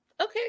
okay